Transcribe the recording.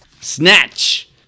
Snatch